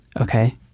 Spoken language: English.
Okay